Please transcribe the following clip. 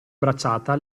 bracciata